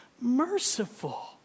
merciful